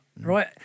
right